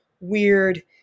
weird